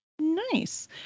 Nice